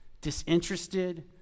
disinterested